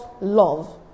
love